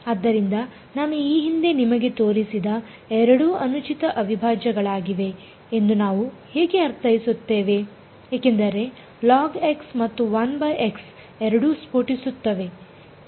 ಆದ್ದರಿಂದ ನಾನು ಈ ಹಿಂದೆ ನಿಮಗೆ ತೋರಿಸಿದ ಎರಡೂ ಅನುಚಿತ ಅವಿಭಾಜ್ಯಗಳಾಗಿವೆ ಎಂದು ನಾವು ಹೇಗೆ ಅರ್ಥೈಸುತ್ತೇವೆ ಏಕೆಂದರೆ ಲಾಗ್ x ಮತ್ತು 1 x ಎರಡೂ ಸ್ಫೋಟಿಸುತ್ತಿವೆ